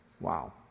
Wow